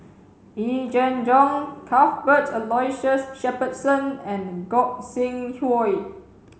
Yee Jenn Jong Cuthbert Aloysius Shepherdson and Gog Sing Hooi